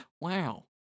Wow